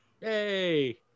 Yay